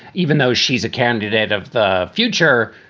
even though she's a candidate of the future,